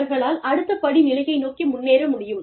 அவர்களால் அடுத்த படி நிலையை நோக்கி முன்னேற முடியும்